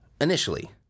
initially